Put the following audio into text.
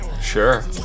Sure